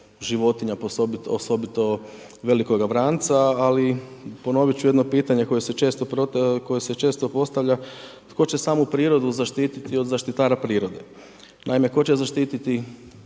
životinja, osobito velikoga vranca, ali ponoviti ću jedno pitanje koje se često postavlja tko će samu prirodu zaštiti od zaštitara prirode? Naime, tko će zaštititi